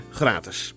gratis